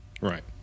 Right